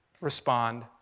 respond